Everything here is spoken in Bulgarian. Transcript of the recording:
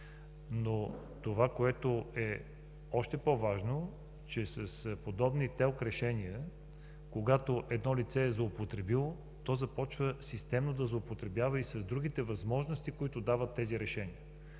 половина. Но още по-важно е, че с подобни ТЕЛК решения, когато едно лице е злоупотребило, то започва системно да злоупотребява и с другите възможности, които дават тези решения.